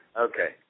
Okay